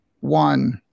one